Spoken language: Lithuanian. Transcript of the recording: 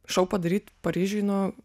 šou padaryt paryžiuj nu